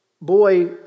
boy